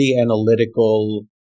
analytical